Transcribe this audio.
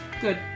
Good